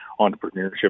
entrepreneurship